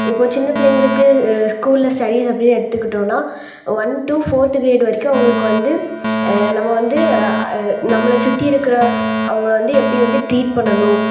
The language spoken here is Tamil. இப்போது சின்ன பிள்ளைங்களுக்கு ஸ்கூலில் ஸ்டடீஸ் அப்படின்னு எடுத்துகிட்டோம்னால் ஒன் டு ஃபோர்த் கிரேட் வரைக்கும் அவங்களுக்கு வந்து நம்ம வந்து நம்மளை சுற்றி இருக்கிற அவங்கள வந்து எப்படி வந்து ட்ரீட் பண்ணணும்